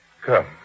come